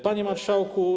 Panie Marszałku!